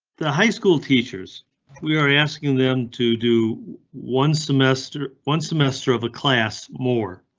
the high school teachers we are asking them to do one semester, one semester of a class more.